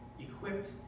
Equipped